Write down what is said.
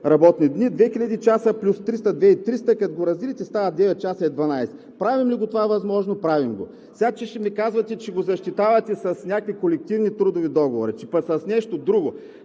работни дни – 2000 часа плюс 300 – 2300, а като го разделите стават 9 часа и 12 минути. Правим ли го това възможно? Правим го. Сега ми казвате, че ще го защитавате с някакви колективни трудови договори, че пък и с нещо друго.